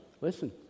listen